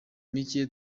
mike